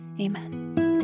Amen